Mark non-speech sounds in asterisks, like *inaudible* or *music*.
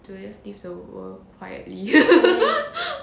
to just leave the world quietly *laughs*